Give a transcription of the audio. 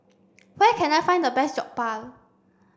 where can I find the best Jokbal